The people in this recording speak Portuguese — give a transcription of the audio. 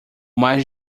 mais